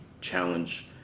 challenge